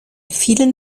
vielen